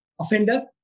offender